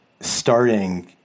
starting